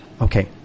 Okay